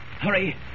Hurry